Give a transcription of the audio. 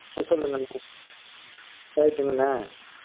ம் சொல்லுங்கண்ணா ரைட்டுங்கண்ணா